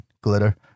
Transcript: Glitter